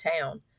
town